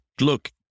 look